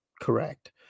Correct